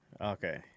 Okay